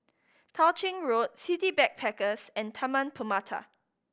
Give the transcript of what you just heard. Tao Ching Road City Backpackers and Taman Permata